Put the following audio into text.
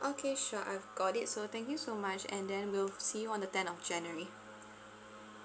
okay sure I've got it so thank you so much and then we'll see you on the tenth of january